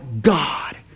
God